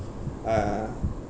uh